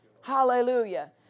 Hallelujah